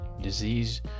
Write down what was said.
disease